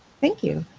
thank you.